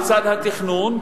בצד התכנון,